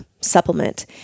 supplement